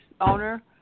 owner